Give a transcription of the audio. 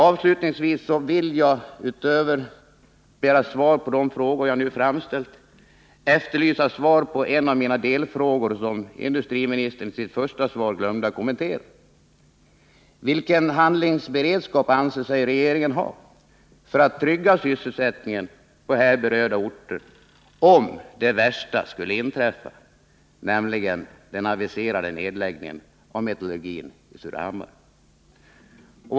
Avslutningsvis vill jag utöver svar på de frågor jag nu framställt efterlysa svar på en av mina tidigare delfrågor, som industriministern i sitt svar glömde att kommentera: Vilken handlingsberedskap anser sig regeringen ha för att trygga sysselsättningen på här berörda orter om det värsta skulle inträffa, nämligen den aviserade nedläggningen av metallurgin i Surahammar?